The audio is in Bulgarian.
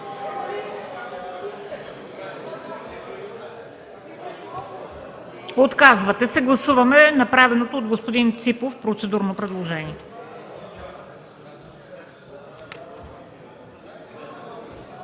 СТОЯНОВА: Гласуваме направеното от господин Ципов процедурно предложение.